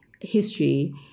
history